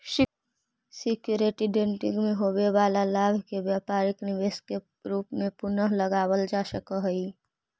security trading में होवे वाला लाभ के व्यापारिक निवेश के रूप में पुनः लगावल जा सकऽ हई